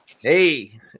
Hey